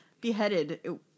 Beheaded